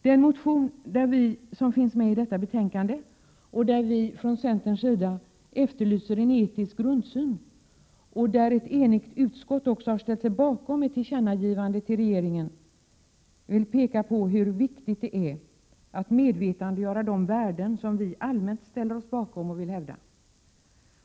Den motion som behandlas i detta betänkande, där vi från centerns sida efterlyser en etisk grundsyn och där ett enigt utskott också har ställt sig bakom ett tillkännagivande till regeringen, vill peka på hur viktigt det är att medvetandegöra de värden som vi allmänt ställer oss bakom och vill hävda.